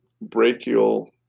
brachial